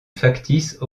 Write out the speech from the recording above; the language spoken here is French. factice